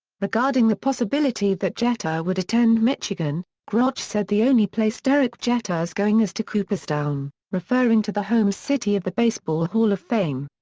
regarding the possibility that jeter would attend michigan, groch said the only place derek jeter's going is to cooperstown, referring to the home city of the baseball hall of fame.